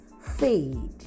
fade